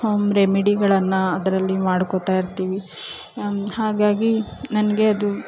home ರೆಮಿಡಿಗಳನ್ನು ಅದರಲ್ಲಿ ಮಾಡ್ಕೊತಾಯಿರ್ತೀವಿ ಹಾಗಾಗಿ ನನಗೆ ಅದು